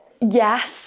yes